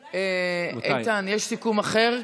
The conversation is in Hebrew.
איתן, יש סיכום אחר?